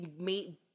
made